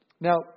Now